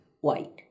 white